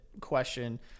question